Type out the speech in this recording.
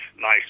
nice